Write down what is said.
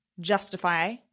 justify